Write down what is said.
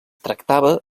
tractava